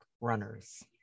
runners